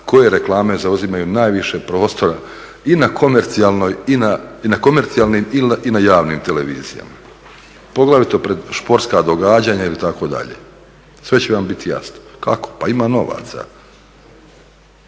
koje reklame zauzimaju najviše prostora i na komercijalnim i na javnim televizijama, poglavito pred športska događanja ili tako dalje. Sve će vam biti jasno. Kako, pa ima novaca.